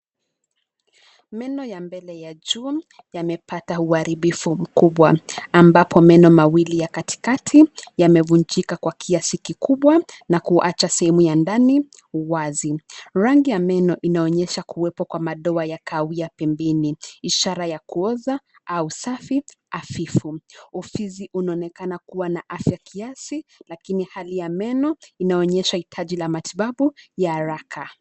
Meno ya mbele ya juu, yamepata uharibifu mkubwa, ambapo meno mawili ya katikati, yamevunjika kwa kiasi kikubwa, na kuacha sehemu ya ndani, wazi, rangi ya meno inaonyesha kuwepo kwa madoa ya kahawia pembeni, ishara ya kuoza, au safi, hafifu, ufizi unaonekana kuwa na afya kiasi, lakini hali ya meno, inaonyesha hitaji la matibabu, ya haraka.